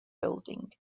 building